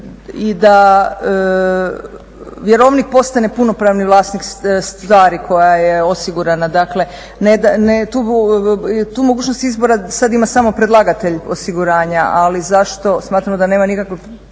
i da vjerovnik postane punopravni vlasnik stvari koja je osigurana. Dakle, tu mogućnost izbora sad ima samo predlagatelj osiguranja ali smatramo da nema nikakve